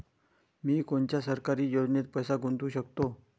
मी कोनच्या सरकारी योजनेत पैसा गुतवू शकतो?